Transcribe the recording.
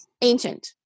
ancient